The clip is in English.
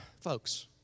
folks